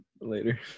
Later